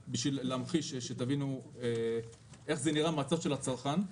כדי להמחיש, שתבינו איך זה נראה מן הצד של הצרכן.